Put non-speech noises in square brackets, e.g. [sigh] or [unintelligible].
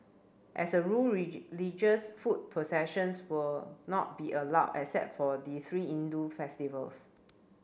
as a rule [unintelligible] foot processions will not be allowed except for the three Hindu festivals